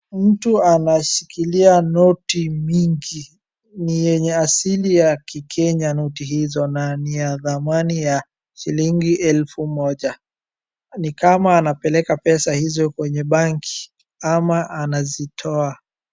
Mtu anashikilia noti mingi, ni yenye asili ya Kikenya na ni ya dhamanaiya shilingi elfu moja. Ni kama anapeleka pesa hizo kwenye banki ama anazitoa.